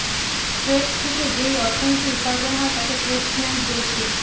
trade থিকে যেই অর্থনীতি উপার্জন হয় তাকে ট্রেড ফিন্যান্স বোলছে